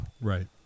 Right